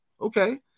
okay